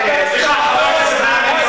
תודה לך, חבר הכנסת בן-ארי.